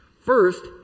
First